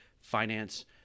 finance